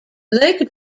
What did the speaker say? lake